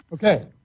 Okay